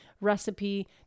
recipe